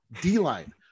D-Line